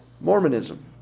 Mormonism